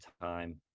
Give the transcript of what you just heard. time